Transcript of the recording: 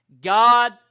God